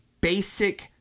basic